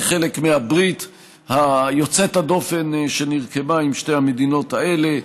כחלק מהברית יוצאת הדופן שנרקמה עם שתי המדינות האלה.